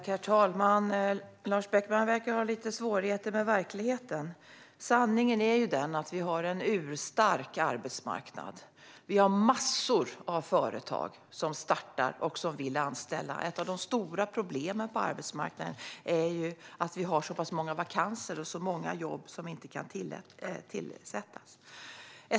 Herr talman! Lars Beckman verkar ha lite svårigheter med verkligheten. Sanningen är ju att vi har en urstark arbetsmarknad. Det finns massor av företag som startar och som vill anställa. Ett av de stora problemen på arbetsmarknaden är ju att det finns så många vakanser, så många jobb som inte kan tillsättas.